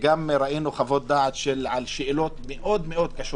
ראינו גם חוות דעת על שאלות מאוד מאוד קשות.